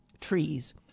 trees